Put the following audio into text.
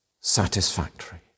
satisfactory